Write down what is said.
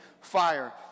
fire